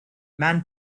man